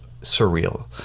surreal